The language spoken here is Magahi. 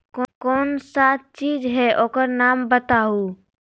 कौन सा चीज है ओकर नाम बताऊ?